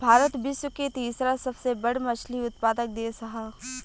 भारत विश्व के तीसरा सबसे बड़ मछली उत्पादक देश ह